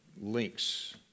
links